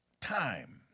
time